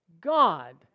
God